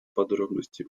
подробности